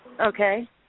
Okay